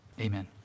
amen